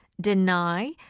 deny